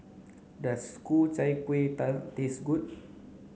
does Ku Chai Kuih taste good